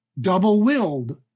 Double-willed